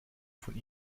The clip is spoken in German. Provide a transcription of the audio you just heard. von